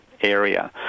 area